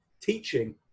teaching